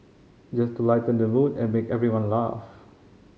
just to lighten the mood and make everyone laugh